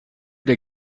der